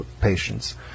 patients